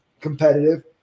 competitive